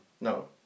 no